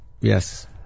yes